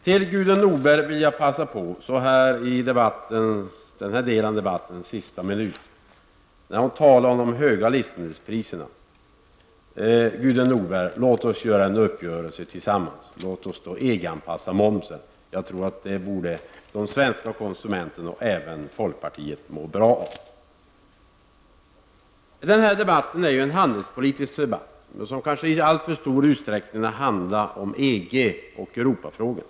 Sedan vill jag i sista minuten i den här delen av debatten passa på att säga några ord till Gudrun Norberg. Hon talade om de höga livsmedelspriserna. Men det borde vara möjligt att få till stånd en uppgörelse om dessa. Och låt oss då EG-anpassa momsen. Jag tror att de svenska konsumenterna och även folkpartiet skulle må bra av det. Det här är ju en handelspolitisk debatt. Kanske har den i alltför stor utsträckning handlat om EG och Europafrågorna.